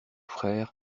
frère